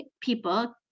people